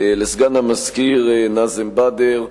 לסגן המזכיר נאזם בדר,